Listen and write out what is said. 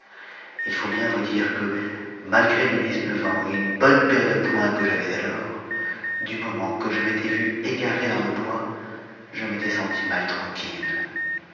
il faut bien vous dire que malgré mes dix-neuf ans et une bonne paire de poings que j'avais alors du moment que je m'étais vu égaré dans le bois je m'étais senti mal tranquille